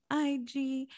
IG